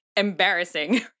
embarrassing